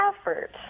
effort